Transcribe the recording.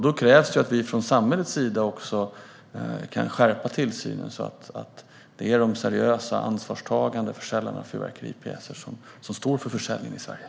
Då krävs det att vi från samhällets sida också kan skärpa tillsynen så att det är de seriösa, ansvarstagande försäljarna av fyrverkeripjäserna som står för försäljningen i Sverige.